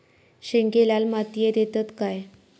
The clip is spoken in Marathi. शेंगे लाल मातीयेत येतत काय?